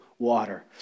water